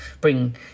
bring